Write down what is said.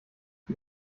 die